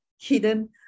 hidden